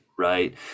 right